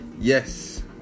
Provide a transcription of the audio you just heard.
Yes